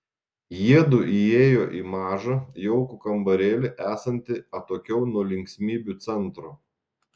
jiedu įėjo į mažą jaukų kambarėlį esantį atokiau nuo linksmybių centro